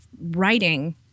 writing